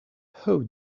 who